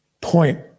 point